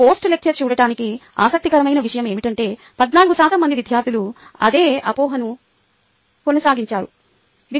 ఇప్పుడు post lecture చూడటానికి ఆసక్తికరమైన విషయం ఏమిటంటే 14 శాతం మంది విద్యార్థులు అదే అపోహను కొనసాగించారు